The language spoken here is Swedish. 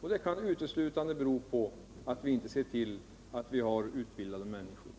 och det kan uteslutande bero på att vi inte sett till att det finns människor som är utbildade för uppgiften.